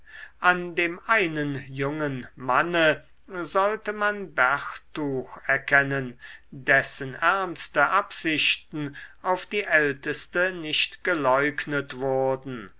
an dem einen jungen manne sollte man bertuch erkennen dessen ernste absichten auf die älteste nicht geleugnet wurden